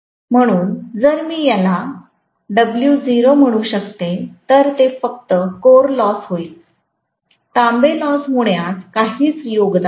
म्हणून जर मी याला W0 म्हणू शकते तर ते फक्त कोर लॉस होईल तांबे लॉस होण्यास काहीच योग दान नाही